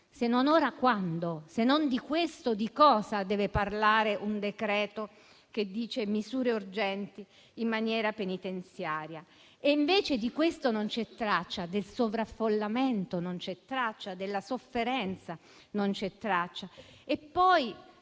Se non ora, quando? Se non di questo, di cosa deve parlare un decreto così denominato? Invece di questo non c'è traccia, del sovraffollamento non c'è traccia, della sofferenza non c'è traccia.